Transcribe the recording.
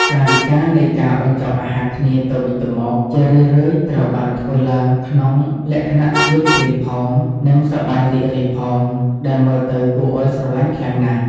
កាយវិការនៃការបញ្ចុកអាហារគ្នាទៅវិញទៅមក ជារឿយៗត្រូវបានធ្វើឡើងក្នុងលក្ខណៈអៀនប្រៀនផង និងសប្បាយរីករាយផង ដែលមើលទៅគួរឱ្យស្រឡាញ់ខ្លាំងណាស់។